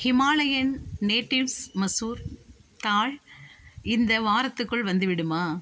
Himalayan natives masoor dal இந்த வாரத்துக்குள் வந்துவிடுமா